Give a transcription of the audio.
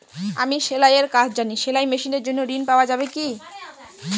আমি সেলাই এর কাজ জানি সেলাই মেশিনের জন্য ঋণ পাওয়া যাবে কি?